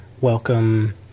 welcome